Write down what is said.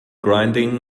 grinding